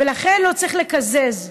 ולכן לא צריך לקזז.